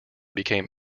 became